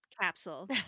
capsule